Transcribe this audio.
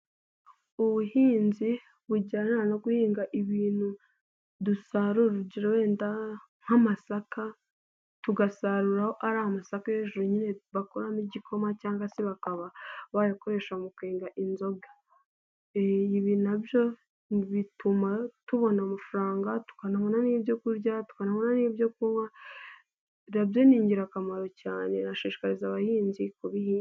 Ubuhinzi bujyana no guhinga ibintu dusarura urugero wenda nk'amasaka, tugasarura ari amasaka yo hejuru nyine bakuramo igikoma cyangwa se bakaba bayakoresha mu kwega inzoga. Ibi nabyo bituma tubona amafaranga, tukanabona n'ibyo kurya, tukabona n'ibyo kunywa. Ibi nabyo ni ingirakamaro cyane turashishikariza abahinzi kubihinga.